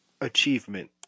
achievement